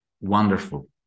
Wonderful